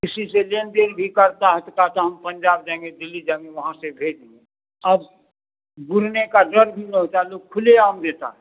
किसी से लेन देन भी करता है तो कहता हूँ पंजाब जाएंगे दिल्ली जाएंगे वहाँ से भेज देंगे अब बुरने का डर भी नहीं होता है लोग खुलेआम देता है